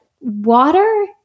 water